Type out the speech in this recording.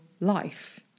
life